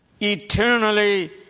eternally